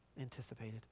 anticipated